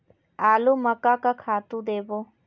आलू म का का खातू देबो?